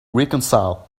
reconcile